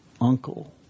uncle